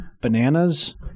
Bananas